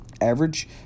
average